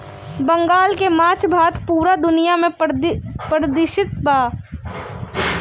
बंगाल के माछ भात पूरा दुनिया में परसिद्ध हवे